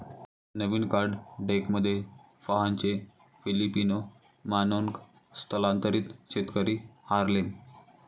नवीन card डेकमध्ये फाहानचे Filipino manong स्थलांतरित शेतकरी हार्लेम